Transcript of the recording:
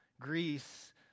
Greece